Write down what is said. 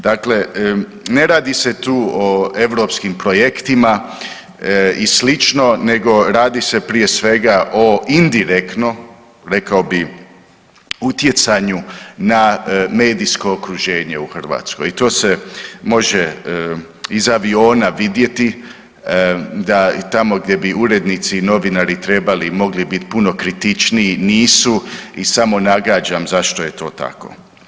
Dakle, ne radi se tu o europskim projektima i slično nego radi se prije svega o indirektno rekao bi utjecanju na medijsko okruženje u Hrvatskoj i to se može iz aviona vidjeti da tamo gdje bi urednici i novinari trebali i mogli bit puno kritičniji nisu i samo nagađam zašto je to tako.